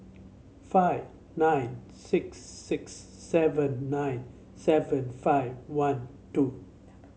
five nine six six seven nine seven five one two